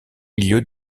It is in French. milieu